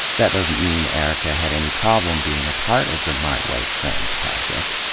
that doesn't mean erica had any problem being a part of the my white friends project.